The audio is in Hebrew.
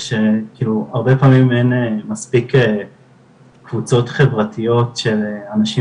שכאילו הרבה פעמים אין מספיק קבוצות חברתיות של אנשים